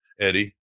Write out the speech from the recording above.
eddie